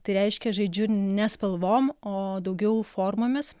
tai reiškia žaidžiu ne spalvom o daugiau formomis